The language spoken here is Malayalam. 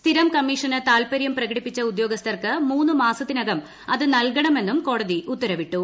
സ്ഥിരം കമ്മീഷന് താൽപര്യം പ്രകടിപ്പിച്ച ഉദ്യോഗസ്ഥർക്ക് മൂന്ന് മാസത്തിനകം അത് നൽകണമെന്നും കോടതി ഉത്തരവിട്ടു